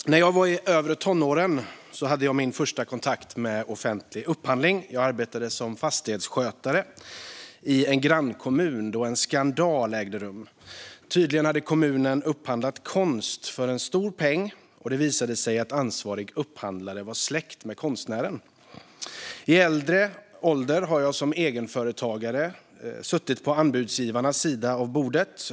Herr talman! När jag var i övre tonåren hade jag min första kontakt med offentlig upphandling. Jag arbetade som fastighetsskötare i en grannkommun då en skandal ägde rum. Tydligen hade kommunen upphandlat konst för en stor peng, och det visade sig att ansvarig upphandlare var släkt med konstnären. I äldre ålder har jag som egenföretagare suttit på anbudsgivarnas sida av bordet.